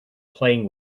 playing